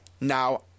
Now